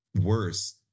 worse